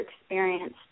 experience